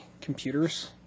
computers